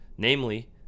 Namely